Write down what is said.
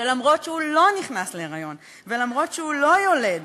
שאומנם הוא לא נכנס להיריון, ואומנם הוא לא יולד,